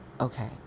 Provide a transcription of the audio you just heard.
Okay